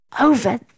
over